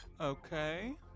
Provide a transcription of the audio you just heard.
Okay